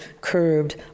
curved